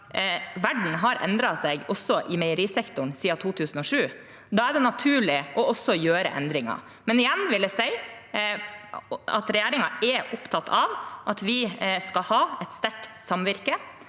verden har endret seg – også i meierisektoren – siden 2007. Da er det også naturlig å gjøre endringer. Igjen vil jeg si at regjeringen er opptatt av at vi skal ha sterke samvirker,